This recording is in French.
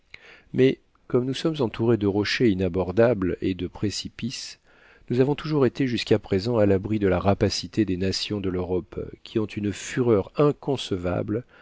mais comme nous sommes entourés de rochers inabordables et de précipices nous avons toujours été jusqu'à présent à l'abri de la rapacité des nations de l'europe qui ont une fureur inconcevable